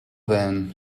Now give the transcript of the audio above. then